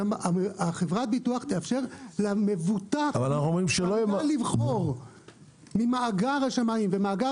חברת הביטוח תאפשר למבוטח לבחור ממאגר השמאים ובמאגר